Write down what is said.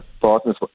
partners